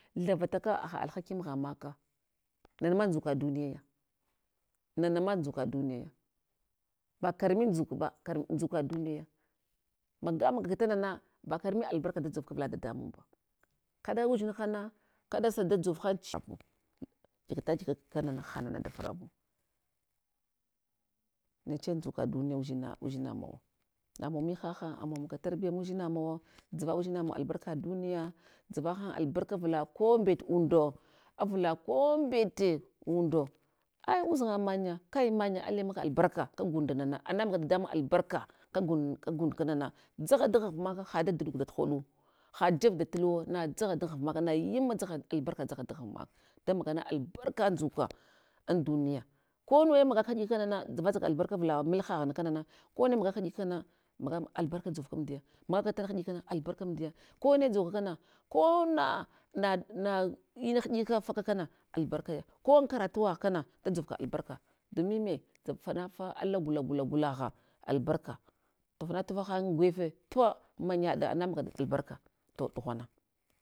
Thavataka agha alhaki maghan maka, nanama ndzuka duniyaya, nana ma ndzuka duniyaya. Ba karamin ndzukba kar ndzuka duniyaya. Maga maga tanana ba karami albarka dadzovka avla dadamun ba kaɗa uzdinhana kaɗa sa dadzovhan, kada sa dadzovhan chiwo, gyigata gyiga kana na hanana da varavu. Neche ndzuka duniya udzina mawa. Namawa mihaha amawa maga tarbiya mudzina mawa, dzava udzinamawa albarka duniya, dzavahan albarka avla ko mbet unda, avla ko mbete undo ei udzanga manya kai manya allah yimaka albarka kagundnana, ana maga dadamun albarka kagun kagun kanana, dzagha dan ghvmaka hadaɗuɗuk tuhoɗu hajef datul waw na dzagha dan ghvmaka nd imma dzagha albarka dzagha dan ghvmaka, damagana albarka ndzuka an duniya, konuwe maga ka hiɗikana, dzavazaka albarka avla mehaha kanana, kone magaka hiɗika kana na magam albarke dzovkamdiya, magaka tana hiɗikama albarke dzovkamdiya, kone dzow kakana kona na na ina hiɗika faka kana albarkaya, ko an karutuwagh kana da dzovka albarka domin me, fanafa ala gula gula, gulagha albarka, tufana, tufa hang ngufe tufa manya ɗa anamagat albarke to ɗughana.